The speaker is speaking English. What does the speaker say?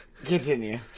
Continue